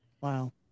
Wow